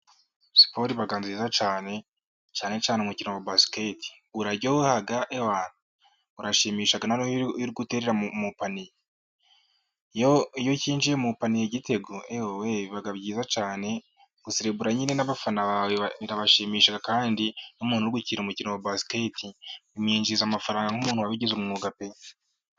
Siporo iba nziza cyane, cyane cyane umukino wa basiketi, uraryoha, urashimisha, noneho iyo uri guterera mu ipaniye, iyo kinjiye mu ipaniye igitego, biba byiza cyane, uraserebura nyine n'abafana bawe birabashimisha, kandi nk'umuntu uhugukira umukino wa basiketi, umwinjiriza amafaranga nk'umuntu wabigize umwuga pe.